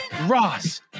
ross